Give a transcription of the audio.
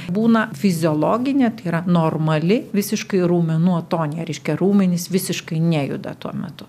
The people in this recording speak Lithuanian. būna fiziologinė tai yra normali visiškai raumenų atonija reiškia raumenys visiškai nejuda tuo metu